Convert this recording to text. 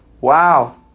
Wow